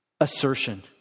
assertion